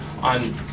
on